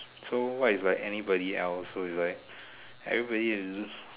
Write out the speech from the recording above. so what is like anybody else so is like everybody is just